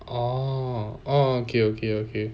oh okay okay okay